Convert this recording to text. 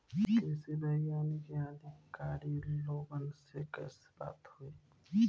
कृषि वैज्ञानिक या अधिकारी लोगन से कैसे बात होई?